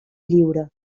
lliure